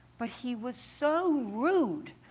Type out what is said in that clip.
but he was so rude.